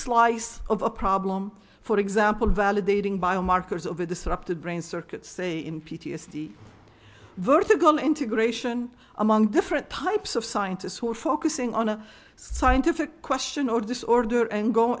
slice of a problem for example validating biomarkers of a disrupted brain circuits say in p t s d vertical integration among different types of scientists who are focusing on a scientific question or disorder an